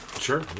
Sure